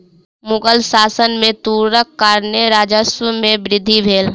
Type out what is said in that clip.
मुग़ल शासन में तूरक कारणेँ राजस्व में वृद्धि भेल